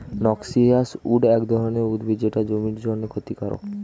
noxious weed এক ধরনের উদ্ভিদ যেটা জমির জন্যে ক্ষতিকারক